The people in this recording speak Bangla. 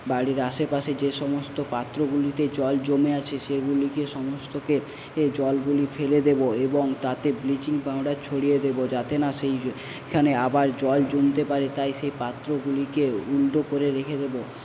বাড়ির আশেপাশে যে সমস্ত পাত্রগুলিতে জল জমে আছে সেগুলিকে সমস্তকে জলগুলি ফেলে দেবো এবং তাতে ব্লিচিং পাউডার ছড়িয়ে দেবো যাতে না সেই এখানে আবার জল জমতে পারে তাই সেই পাত্রগুলিকে উলটো করে রেখে দেবো